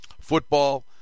football